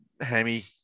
hammy